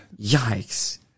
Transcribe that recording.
Yikes